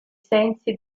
sensi